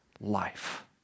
life